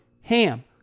HAM